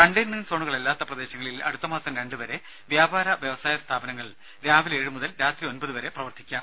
containment സോണുകൾ അല്ലാത്ത പ്രദേശങ്ങളിൽ അടുത്തമാസം രണ്ട് വരെ വ്യാപാര വ്യവസായ സ്ഥാപനങ്ങൾ രാവിലെ ഏഴു മുതൽ രാത്രി ഒൻപത് വരെയും പ്രവർത്തിക്കാം